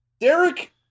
Derek